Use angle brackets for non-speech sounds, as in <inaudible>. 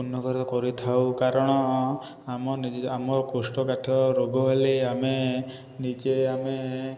ପୂର୍ଣ <unintelligible> କରିଥାଉ କାରଣ ଆମ ନିଜ ଆମ କୋଷ୍ଠକାଠ୍ୟ ରୋଗ ହେଲେ ଆମେ ନିଜେ ଆମେ